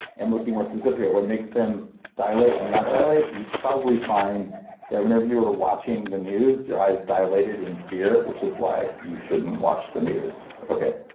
and looking more specifically at what makes them dilate and not dilate, you'd probably find that whenever you're watching the news, your eyes dilated in fear, which is why you shouldn't watch the news okay,